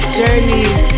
journeys